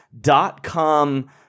dot-com